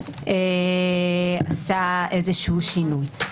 עשה איזשהו שינוי.